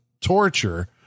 torture